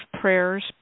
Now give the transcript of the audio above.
prayers